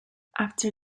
after